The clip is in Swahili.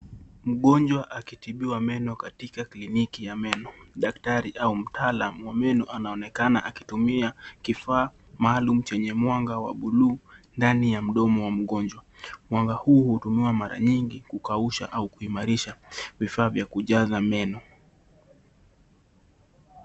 Mgonjwa akitibiwa meno katika kliniki ya meno, daktari au mtaalamu wa meno anaonekana akitumia kifaa maalum chenye mwanga wa bluu ndani ya mdomo wa mgonjwa . Mwanga hii hutumiwa mara nyingi kukausha au kuimarisha vifaa vya kujaza meno.